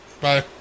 Bye